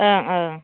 ओ ओं